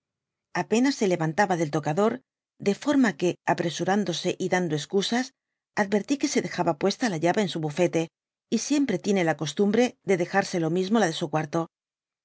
apdnas se levantaba del tocador de foi ma que apresurándose y dando escusas advertí que ve dejaba puesta la llave en su bufete j siempre time la costumbre de dejarse lo mlmo la de su cuartot